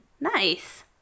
Nice